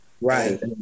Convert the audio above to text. right